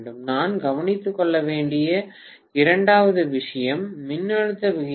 நான் கவனித்துக் கொள்ள வேண்டிய இரண்டாவது விஷயம் மின்னழுத்த விகிதங்கள்